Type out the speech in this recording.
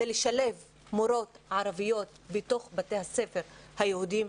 זה לשלב מורות ערביות בתוך בתי הספר היהודיים,